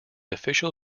official